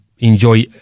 enjoy